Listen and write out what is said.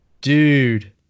Dude